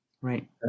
right